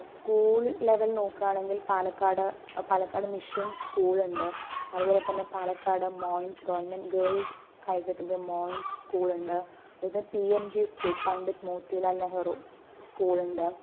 school level നോക്കുകയാണെങ്കിൽ Palakkad Palakkad mission school ഉണ്ട് അതുപോലെത്തന്നെ Palakkad Moyans government girls higher secondary Moyans school ഉണ്ട് അതുപോലെത്തന്നെ P M G school Pandit Motilal Nehru school ഉണ്ട്